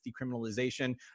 decriminalization